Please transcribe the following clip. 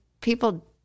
people –